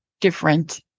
different